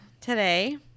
today